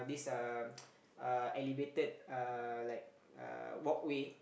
this um elevated uh like uh walkway